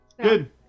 Good